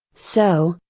so,